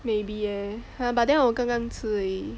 maybe eh but then 我刚刚吃而已